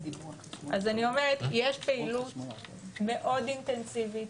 אז אני אומרת, יש פעילות מאוד אינטנסיבית,